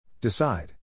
Decide